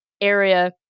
area